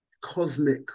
cosmic